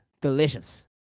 Delicious